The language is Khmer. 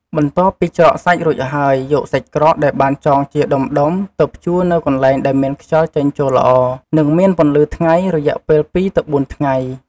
បន្ទាប់ពីច្រកសាច់រួចហើយ យកសាច់ក្រកដែលបានចងជាដុំៗ ទៅ ព្យួរនៅកន្លែងដែលមានខ្យល់ចេញចូលល្អ និងមានពន្លឺថ្ងៃ រយៈពេល ២-៤ ថ្ងៃ។